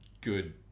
good